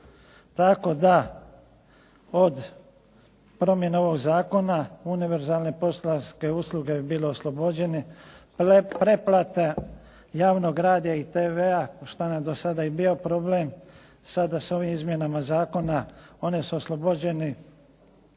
Tako da od promjene ovoga zakona univerzalne …/Govornik se ne razumije./… usluge bi bile oslobođene, pretplate javnog radia i tv šta nam je do sada i bio problem, sada sa ovim izmjenama zakona one su oslobođene